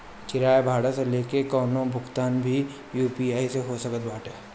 किराया भाड़ा से लेके कवनो भुगतान भी यू.पी.आई से हो सकत बाटे